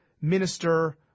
minister